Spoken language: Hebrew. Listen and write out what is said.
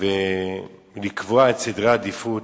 ולקבוע את סדר העדיפות.